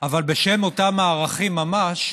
אבל בשם אותם הערכים ממש,